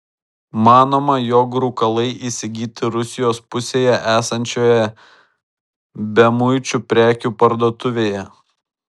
manoma jog rūkalai įsigyti rusijos pusėje esančioje bemuičių prekių parduotuvėje